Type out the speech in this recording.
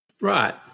Right